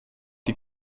die